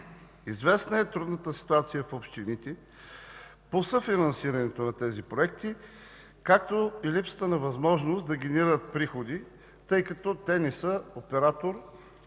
Известна е трудната ситуация в общините по съфинансирането на тези проекти, както и липсата на възможност да генерират приходи, тъй като те не са оператор